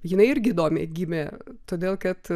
jinai irgi įdomiai gimė todėl kad